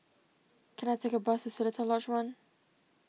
can I take a bus to Seletar Lodge one